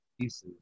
pieces